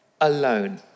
alone